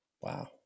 Wow